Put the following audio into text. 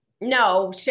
No